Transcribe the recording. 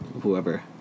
whoever